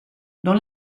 dans